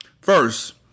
First